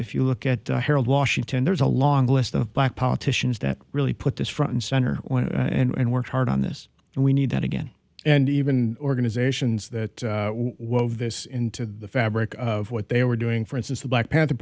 if you look at harold washington there's a long list of black politicians that really put this front and center and worked hard on this and we need that again and even organizations that this into the fabric of what they were doing for instance the black panther